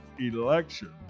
election